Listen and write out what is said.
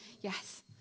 Yes